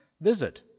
visit